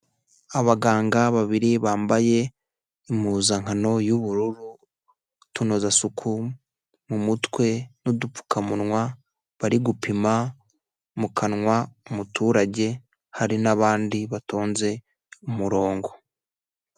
Abaganga babiri bambaye impuzankano y'ubururu, utunozasuku mu mutwe n'udupfukamunwa bari gupima mu kanwa umuturage, hari n'abandi batonze umurongo.